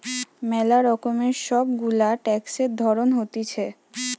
ম্যালা রকমের সব গুলা ট্যাক্সের ধরণ হতিছে